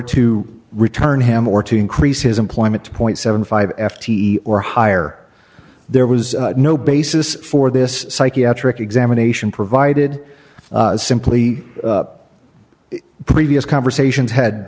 to return him or to increase his employment to point seventy five f t or higher there was no basis for this psychiatric examination provided simply previous conversations had